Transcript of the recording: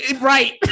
Right